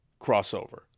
crossover